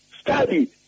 study